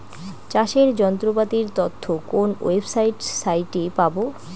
চাষের যন্ত্রপাতির তথ্য কোন ওয়েবসাইট সাইটে পাব?